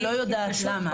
אני לא יודעת למה.